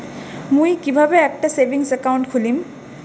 মুই কিভাবে একটা সেভিংস অ্যাকাউন্ট খুলিম?